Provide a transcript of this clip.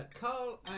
Carl